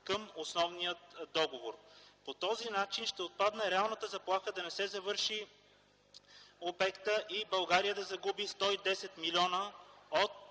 към основния договор. По този начин ще отпадне реалната заплаха обектът да не бъде завършен и България да загуби 110 милиона от